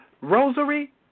rosary